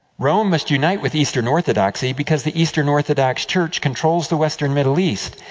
rome must unite with eastern orthodoxy because the eastern orthodox church controls the western middle east,